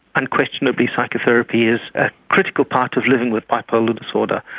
unquestionably psychotherapy is a critical part of living with bipolar disorder.